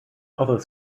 although